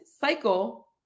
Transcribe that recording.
cycle